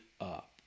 up